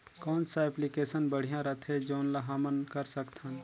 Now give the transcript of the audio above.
कौन सा एप्लिकेशन बढ़िया रथे जोन ल हमन कर सकथन?